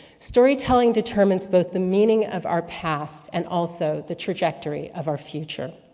storytelling determines both the meaning of our past, and also the trajectory of our future.